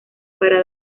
para